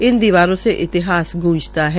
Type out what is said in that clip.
इस दीवारों से इतिहास गूजंता है